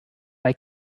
bei